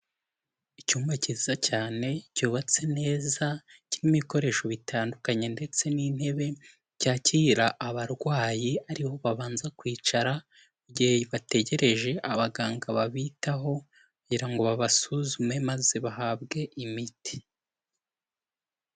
Icyumba cyiza cyane cyubatse neza kirimo ibikoresho bitandukanye ndetse n'intebe, cyakira abarwayi ari ho babanza kwicara mu gihe bategereje abaganga babitaho kugira ngo babasuzume maze bahabwe imiti.